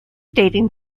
dating